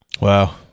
Wow